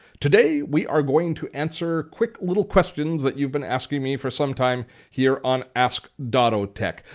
today, we are going to answer quick little questions that you've been asking me for some time here on ask dottotech,